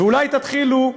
ואולי תתחילו,